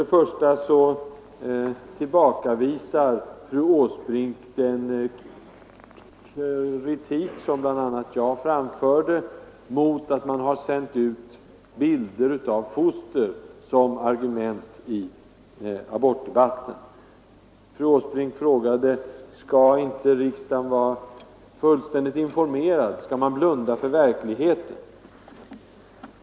Fru Åsbrink tillbakavisar den kritik som bl.a. jag framförde mot att man sänt ut bilder av foster som argument i abortdebatten. Fru Åsbrink frågade: Skall inte riksdagen vara fullständigt informerad, skall man blunda för verkligheten?